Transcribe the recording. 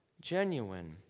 genuine